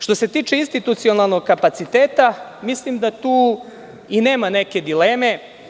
Što se tiče institucionalnog kapaciteta, mislim da tu i nema neke dileme.